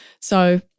So-